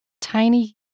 Tiny